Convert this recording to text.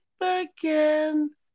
again